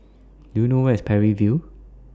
Do YOU know Where IS Parry View